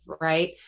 Right